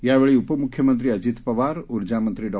यावेळी उपमुख्यमंत्री अजित पवार ऊर्जामंत्री डॉ